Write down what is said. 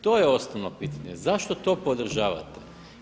To je osnovno pitanje, zašto to podržavate?